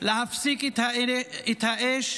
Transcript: להפסיק את האש,